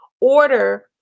order